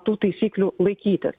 tų taisyklių laikytis